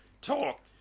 talk